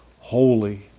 holy